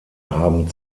haben